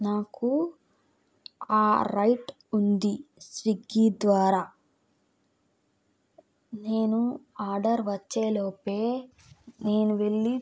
నాకు ఆ రైట్ ఉంది స్విగ్గీ ద్వారా నేను ఆర్డర్ వచ్చేలోపే నేను వెళ్ళి